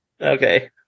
Okay